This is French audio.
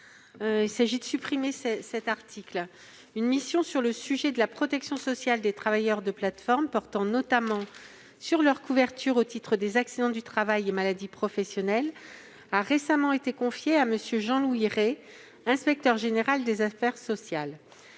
à Mme le rapporteur. Une mission sur la protection sociale des travailleurs de plateformes, portant notamment sur leur couverture au titre des accidents du travail et maladies professionnelles (AT-MP), a récemment été confiée à M. Jean-Louis Rey, inspecteur général des affaires sociales.